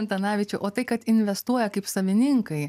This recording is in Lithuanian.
antanavičiau o tai kad investuoja kaip savininkai